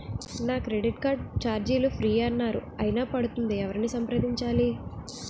నా credit card ఛార్జీలు free అన్నారు అయినా పడుతుంది ఎవరిని సంప్రదించాలి?